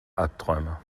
albträume